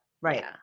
Right